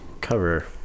Cover